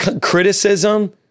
criticism